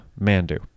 Mandu